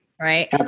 Right